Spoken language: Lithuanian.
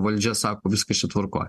valdžia sako viskas čia tvarkoj